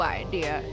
idea